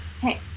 hey